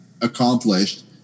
accomplished